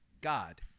God